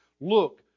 look